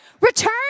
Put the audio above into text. Return